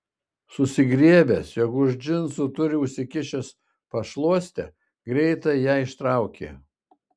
susigriebęs jog už džinsų turi užsikišęs pašluostę greitai ją ištraukė